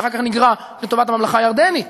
שאחר כך נגרע לטובת הממלכה הירדנית.